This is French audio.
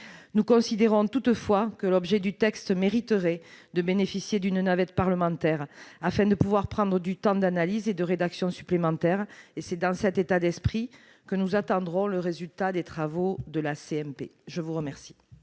Nous considérons toutefois que l'objet du texte mériterait de bénéficier d'une navette parlementaire afin de nous permettre un temps d'analyse et de rédaction supplémentaire. C'est dans cet état d'esprit que nous attendrons le résultat des travaux de la commission mixte